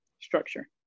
structure